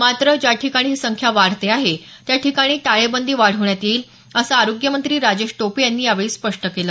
मात्र ज्या ठिकाणी ही संख्या वाढते आहे त्या ठिकाणी टाळेबंदी वाढवण्यात येईल असं आरोग्य मंत्री राजेश टोपे यांनी यावेळी स्पष्ट केलं